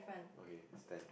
okay stand